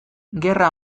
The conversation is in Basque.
gerra